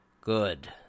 Good